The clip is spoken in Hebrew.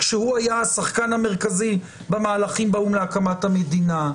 כשהוא היה השחקן המרכזי במהלכים באו"ם להקמת המדינה.